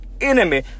enemy